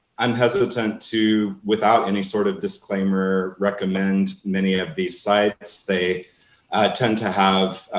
i'm hesitant to without any sort of disclaimer recommend many of these sites. they send to have